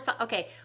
okay